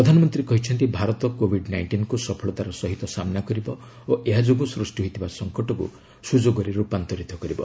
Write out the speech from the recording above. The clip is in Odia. ପ୍ରଧାନମନ୍ତ୍ରୀ କହିଛନ୍ତି ଭାରତ କୋଭିଡ ନାଇଷ୍ଟିନ୍କ୍ ସଫଳତାର ସହିତ ସାମ୍ନା କରିବ ଓ ଏହାଯୋଗୁଁ ସୃଷ୍ଟି ହୋଇଥିବା ସଙ୍କଟକ୍ତ ସ୍ୱଯୋଗରେ ର୍ପାନ୍ତରିତ କରିବ